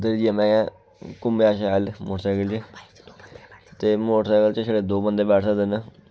उद्धर जाइयै में घूम्मेआ शैल मोटरसैकल च ते मोटरसैकल च छड़े दो बंदे बैठी सकदे न